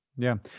yeah.